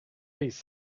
piece